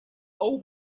old